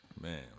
Man